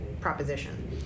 proposition